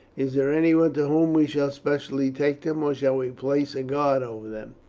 is there anyone to whom we shall specially take them, or shall we place a guard over them?